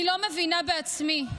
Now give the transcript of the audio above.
אני לא מבינה בעצמי.